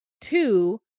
two